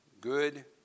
Good